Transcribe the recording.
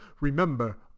remember